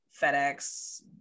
FedEx